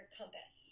compass